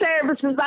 services